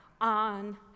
on